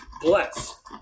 bless